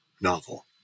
novel